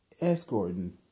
escorting